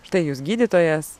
štai jūs gydytojas